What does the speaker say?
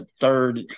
third